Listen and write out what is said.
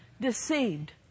deceived